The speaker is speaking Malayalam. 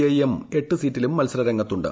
ഐ എം എട്ട് സീറ്റിലും മത്സര രംഗത്തുണ്ട്